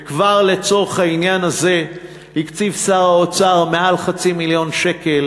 וכבר לצורך העניין הזה הקציב שר האוצר יותר מחצי מיליון שקל